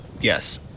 Yes